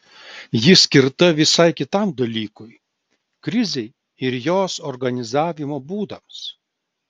ji skirta visai kitam dalykui krizei ir jos organizavimo būdams